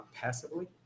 passively